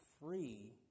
free